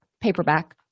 paperback